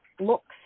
looks